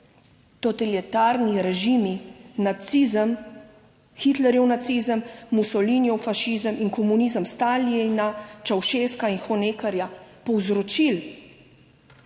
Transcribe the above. totalitarni režimi, nacizem, Hitlerjev nacizem, Mussolinijev fašizem in komunizem Stalina, Ceaușesca in Honeckerja povzročil